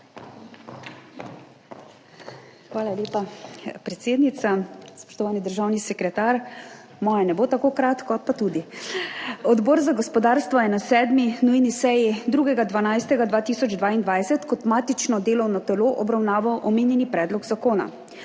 Hvala lepa, predsednica. Spoštovani državni sekretar! Moje ne bo tako kratko. Odbor za gospodarstvo je na 7. nujni seji, 2. 12. 2022, kot matično delovno telo obravnaval omenjeni predlog zakona.